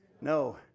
No